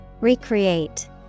Recreate